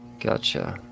Gotcha